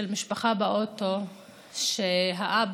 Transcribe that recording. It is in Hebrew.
של משפחה באוטו שהאבא